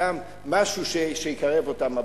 משהו שיקרב אותם הביתה.